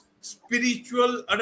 spiritual